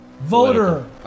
Voter